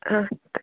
ಹಾಂ